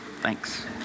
Thanks